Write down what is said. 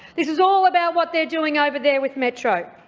this is all about what they're doing over there with metro.